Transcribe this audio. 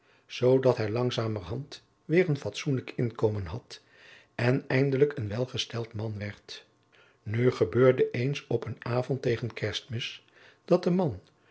zoodat hij langzamerhand weêr een fatsoenlijk inkomen had en eindelijk een welgesteld man werd nu gebeurde eens op een avond tegen kerstmis dat de man